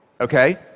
Okay